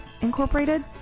Incorporated